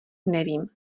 nevím